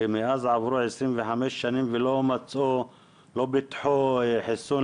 ומאז עברו 25 שנים ולא פיתחו חיסון